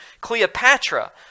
Cleopatra